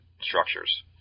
structures